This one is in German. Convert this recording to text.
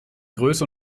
größe